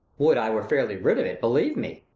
would i were fairly rid of it, believe me.